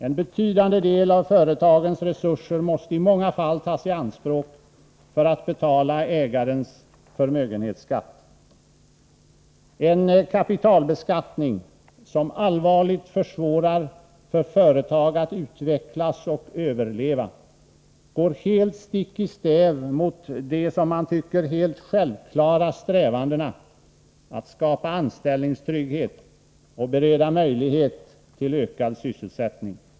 En betydande del av företagens resurser måste i många fall tas i anspråk för att betala ägarens förmögenhetsskatt. En kapitalbeskattning som allvarligt försvårar för företag att utvecklas och överleva går helt stick i stäv mot de, som man tycker, självklara strävandena att skapa anställningstrygghet och bereda möjlighet till ökad sysselsättning.